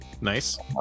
nice